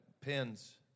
pins